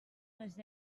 les